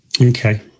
Okay